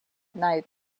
night